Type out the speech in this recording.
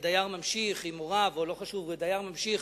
כדייר ממשיך עם הוריו, או לא חשוב, דייר ממשיך